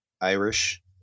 Irish